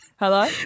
Hello